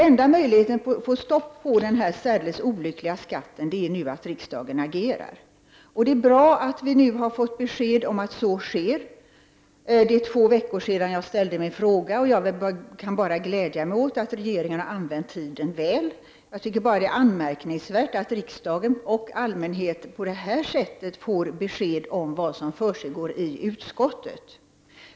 Enda möjligheten att få stopp på den här särdeles olyckliga skatten är att riksdagen nu agerar. Det är bra att vi nu har fått besked om att så sker. Det är två veckor sedan jag ställde min fråga. Jag kan bara glädja mig åt att regeringen har använt tiden väl. Jag tycker emellertid att det är anmärkningsvärt att riksdagen och allmänheten på det här sättet får besked om vad som försiggår i utskottet.